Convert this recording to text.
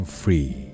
free